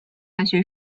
大学